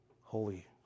holy